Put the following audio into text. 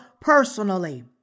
personally